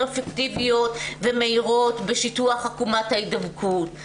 אפקטיביות ומהירות בשיטוח עקומת ההידבקות.